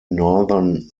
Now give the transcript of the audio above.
northern